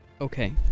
Okay